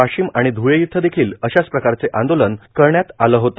वाशीम आणि ध्वळे इथं देखील अश्याच प्रकारे आंदोलन करण्यात आलं होते